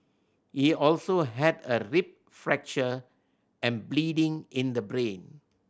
he also had a rib fracture and bleeding in the brain